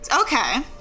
Okay